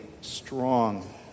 strong